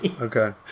Okay